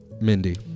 Mindy